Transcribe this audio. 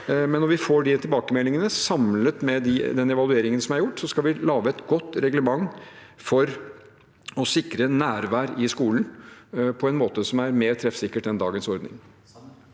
Når vi får de tilbakemeldingene, samlet med den evalueringen som er gjort, skal vi lage et godt reglement for å sikre nærvær i skolen på en måte som er mer treffsikker enn dagens ordning.